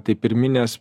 tai pirminės